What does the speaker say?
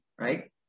Right